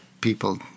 people